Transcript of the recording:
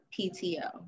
PTO